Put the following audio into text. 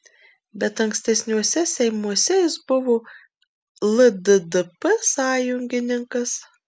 bet ankstesniuose seimuose jis buvo lddp sąjungininkas